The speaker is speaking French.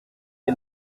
est